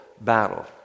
battle